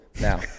now